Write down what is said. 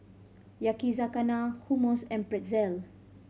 Yakizakana Hummus and Pretzel